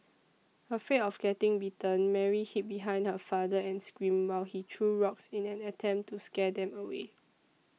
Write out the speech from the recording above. afraid of getting bitten Mary hid behind her father and screamed while he threw rocks in an attempt to scare them away